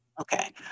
Okay